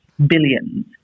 Billions